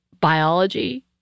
biology